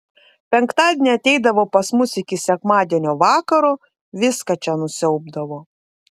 penktadienį ateidavo pas mus iki sekmadienio vakaro viską čia nusiaubdavo